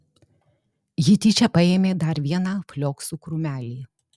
ji tyčia paėmė dar vieną flioksų krūmelį